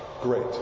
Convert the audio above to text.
Great